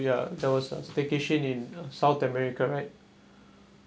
ya there was a staycation in south america right